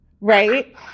right